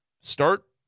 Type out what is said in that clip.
start